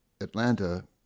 Atlanta